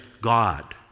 God